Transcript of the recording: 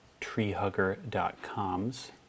treehugger.com's